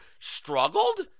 struggled